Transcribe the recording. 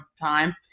time